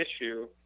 issue